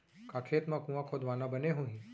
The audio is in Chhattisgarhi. का खेत मा कुंआ खोदवाना बने होही?